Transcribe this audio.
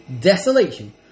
desolation